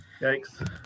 yikes